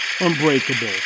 unbreakable